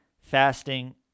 fasting